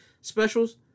specials